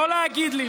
לא להגיד לי,